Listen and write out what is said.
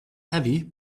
heavy